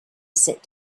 sit